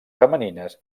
femenines